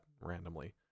randomly